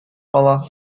кала